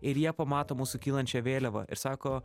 ir jie pamato mūsų kylančią vėliavą ir sako